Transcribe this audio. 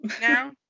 No